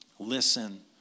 Listen